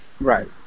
Right